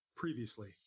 Previously